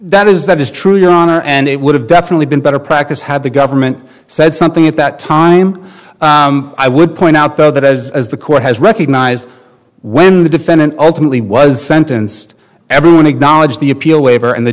that is that is true your honor and it would have definitely been better practice had the government said something at that time i would point out that as the court has recognized when the defendant ultimately was sentenced everyone acknowledged the appeal waiver and the